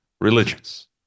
religions